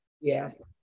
Yes